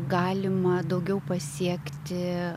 galima daugiau pasiekti